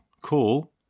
call